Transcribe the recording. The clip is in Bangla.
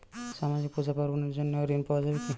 সামাজিক পূজা পার্বণ এর জন্য ঋণ পাওয়া যাবে কি?